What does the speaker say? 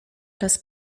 czas